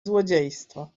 złodziejstwo